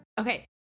Okay